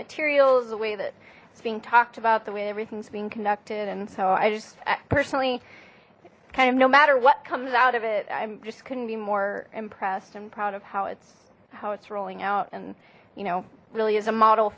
materials the way that it's being talked about the way everything's being conducted and so i just personally kind of no matter what comes out of it i just couldn't be more impressed and proud of how its how its rolling out and you know really is a model